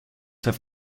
have